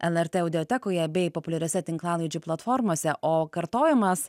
lrt audiotekoje bei populiariose tinklalaidžių platformose o kartojimas